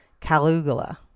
Calugula